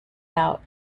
out